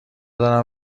دارم